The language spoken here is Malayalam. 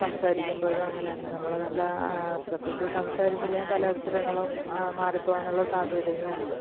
സംസാരിക്കുമ്പോഴും അങ്ങനെത്തന്നെ നമ്മൾ നല്ല ശ്രദ്ധിച്ച് സംസാരിച്ചില്ലെങ്കിൽ പല അക്ഷരങ്ങളും മാറിപ്പോവാനുള്ള സാധ്യതയും ഉണ്ട്